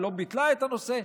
ולא ביטלה את הנושא,